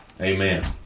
Amen